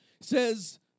says